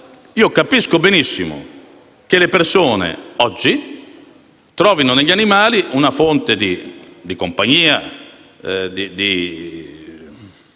Capisco benissimo che le persone oggi trovino negli animali una fonte di compagnia e di